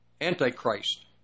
Antichrist